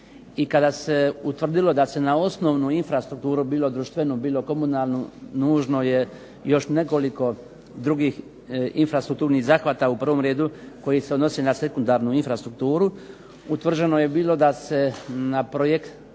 i kada se utvrdilo da se na osnovnu infrastrukturu bilo društveno bilo komunalnu nužno je još nekoliko drugih infrastrukturnih zahvata u prvom redu koji se odnose na sekundarnu infrastrukturu. Utvrđeno je da se na projekt